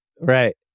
Right